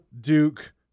Duke